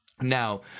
Now